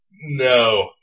No